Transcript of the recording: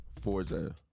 forza